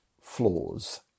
flaws